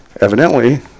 evidently